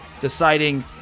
deciding